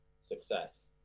success